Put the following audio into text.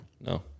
No